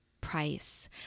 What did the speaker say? price